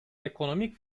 ekonomik